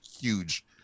huge